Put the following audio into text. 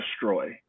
destroy